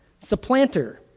Supplanter